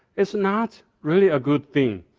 it's not really a good thing.